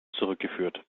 zurückgeführt